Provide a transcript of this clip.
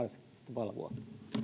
valvoa